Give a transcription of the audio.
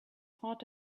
hot